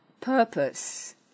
purpose